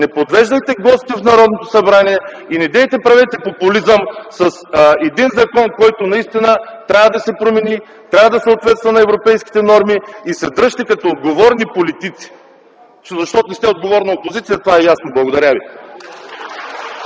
не подвеждайте гостите в Народното събрание и не правете популизъм с един закон, който наистина трябва да се промени, трябва да съответства на европейските норми и се дръжте като отговорни политици! Защото не сте отговорна опозиция и това е ясно. Благодаря ви.